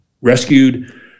rescued